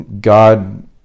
God